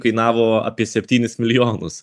kainavo apie septynis milijonus